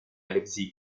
leipzig